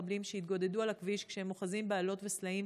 מחבלים שהתגודדו על הכביש כשהם אוחזים באלות וסלעים